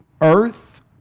earth